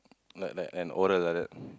like like an order like that